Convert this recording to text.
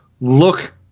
look